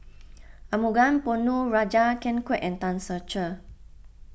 Arumugam Ponnu Rajah Ken Kwek and Tan Ser Cher